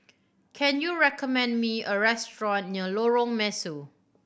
can you recommend me a restaurant near Lorong Mesu